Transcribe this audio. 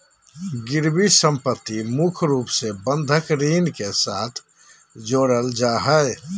गिरबी सम्पत्ति मुख्य रूप से बंधक ऋण के साथ जोडल जा हय